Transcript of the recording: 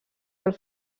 del